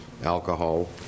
alcohol